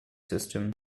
system